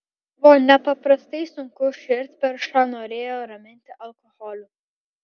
buvo nepaprastai sunku širdperšą norėjo raminti alkoholiu